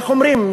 איך אומרים,